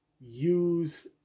use